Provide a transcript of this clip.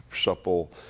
supple